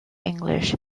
english